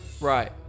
Right